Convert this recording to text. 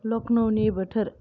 लकनौनि बोथोर